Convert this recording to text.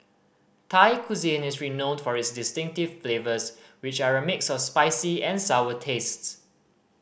Thai cuisine is renowned for its distinctive flavors which are a mix of spicy and sour tastes